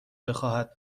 بخواهد